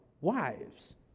wives